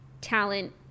talent